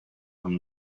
him